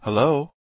Hello